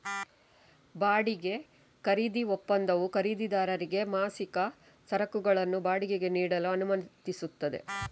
ಬಾಡಿಗೆ ಖರೀದಿ ಒಪ್ಪಂದವು ಖರೀದಿದಾರರಿಗೆ ಮಾಸಿಕ ಸರಕುಗಳನ್ನು ಬಾಡಿಗೆಗೆ ನೀಡಲು ಅನುಮತಿಸುತ್ತದೆ